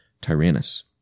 Tyrannus